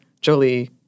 Jolie